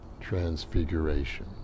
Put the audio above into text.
transfiguration